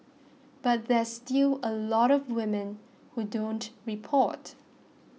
but there's still a lot of women who don't report